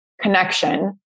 connection